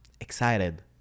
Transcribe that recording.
excited